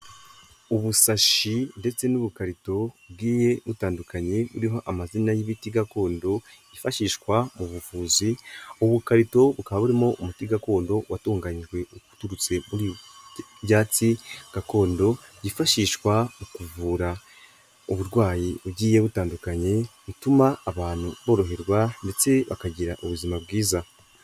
Ubusashi ndetse n'ubukarito bugiye butandukanye buriho amazina y'ibiti gakondo yifashishwa mu buvuzi ubu bukarito bukaba burimo umuti gakondo watunganijwe uturutse mu byatsi gakondo byifashishwa mu kuvura uburwayi bugiye butandukanye butuma abantu boroherwa, ndetse bakagira ubuzima bwiza.